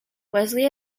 wesley